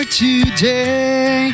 today